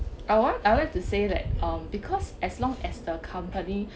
I want I would like to say that um because as long as the company